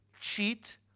cheat